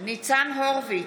ניצן הורוביץ,